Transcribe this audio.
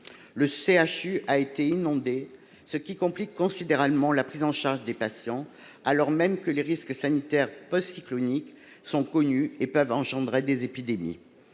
(CHU) a été inondé, ce qui complique considérablement la prise en charge des patients, alors même que les risques sanitaires post cycloniques sont connus et peuvent entraîner des épidémies.